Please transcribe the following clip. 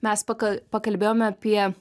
mes pakal pakalbėjome apie